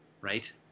right